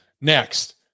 Next